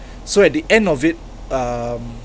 so at the end of it um